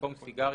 במקום "סיגריה,